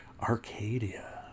Arcadia